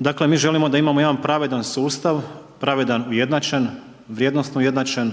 Dakle mi želimo da imamo jedan pravedan sustav, pravedan ujednačen, vrijednosno ujednačen